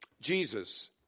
Jesus